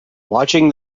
watching